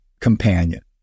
companion